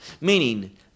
meaning